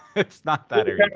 it's not that erudite.